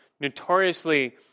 notoriously